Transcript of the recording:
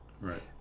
Right